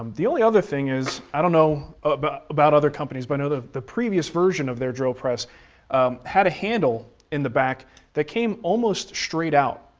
the only other thing is, i don't know ah but about other companies, but i know the the previous version of their drill press had a handle in the back that came almost straight out.